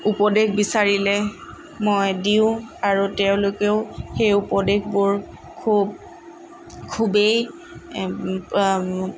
উপদেশ বিচাৰিলে মই দিওঁ আৰু তেওঁলোকেও সেই উপদেশবোৰ খুব খুবেই